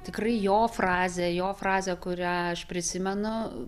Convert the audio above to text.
tikrai jo frazę jo frazę kurią aš prisimenu